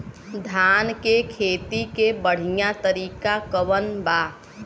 धान के खेती के बढ़ियां तरीका कवन बा?